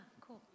cool